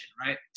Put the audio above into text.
right